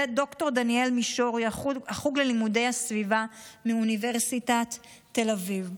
זה ד"ר דניאל מישורי מהחוג ללימודי הסביבה באוניברסיטת תל אביב.